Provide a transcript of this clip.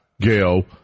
Gail